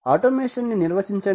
automation ని నిర్వచించండి